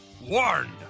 warned